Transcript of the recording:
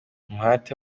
umuhate